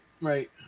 Right